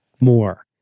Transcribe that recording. more